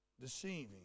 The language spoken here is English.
deceiving